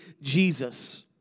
Jesus